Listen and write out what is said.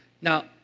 Now